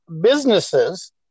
businesses